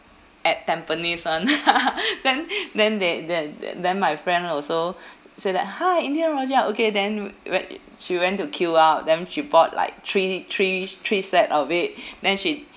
at tampines [one] then then they then then then my friend also say that !huh! indian rojak okay then we~ she went to queue up then she bought like three three three set of it then she